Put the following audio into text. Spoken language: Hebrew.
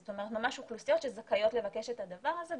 זאת אומרת ממש אוכלוסיות שזכאיות לבקש את הדבר הזה.